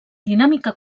dinàmica